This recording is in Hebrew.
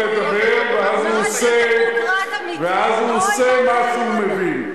שאז, בהשוואה להיום, מנחם בגין,